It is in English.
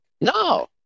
No